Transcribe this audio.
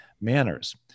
manners